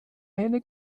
eine